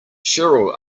cheryl